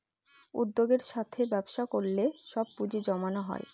উদ্যোগের সাথে ব্যবসা করলে সব পুজিঁ জমানো হয়